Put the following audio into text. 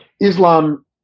Islam